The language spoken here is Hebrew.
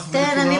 תודה.